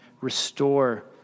restore